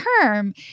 term